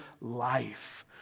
life